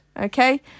okay